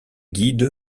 guide